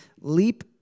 leap